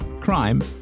crime